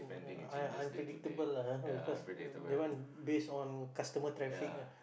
I unpredictable lah because that one based on customer traffic ah